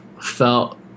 felt